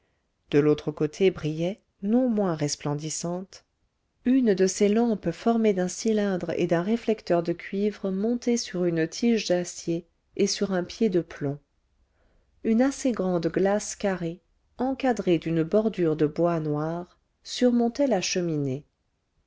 de l'autre côté brillait non moins resplendissante une de ces lampes formées d'un cylindre et d'un réflecteur de cuivre monté sur une tige d'acier et sur un pied de plomb une assez grande glace carrée encadrée d'une bordure de bois noir surmontait la cheminée